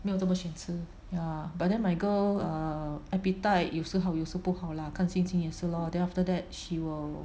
没有这么选吃 ya but then my girl err appetite 有时好有时不好 lah 看心情也是 lor then after that she will